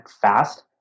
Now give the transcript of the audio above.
fast